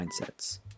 mindsets